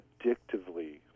addictively